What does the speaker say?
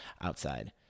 outside